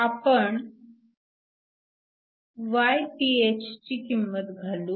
आपण γPhची किंमत घालू